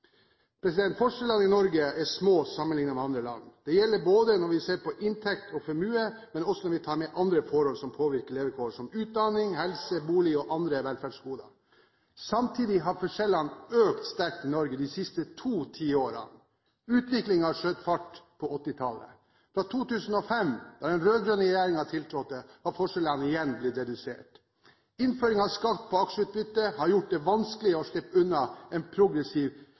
Forskjellene i Norge er små sammenlignet med andre land. Det gjelder både når vi ser på inntekt og formue, og når vi tar med andre forhold som påvirker levekår, som utdanning, helse, bolig og andre velferdsgoder. Samtidig har forskjellene økt sterkt i Norge de siste to tiårene. Utviklingen skjøt fart på 1980-tallet. Fra 2005, da den rød-grønne regjeringen tiltrådte, har forskjellene igjen blitt redusert. Innføring av skatt på aksjeutbytte har gjort det vanskelig å slippe unna en progressiv